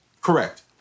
Correct